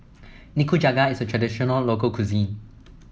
Nikujaga is a traditional local cuisine